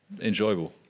enjoyable